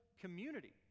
community